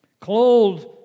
clothed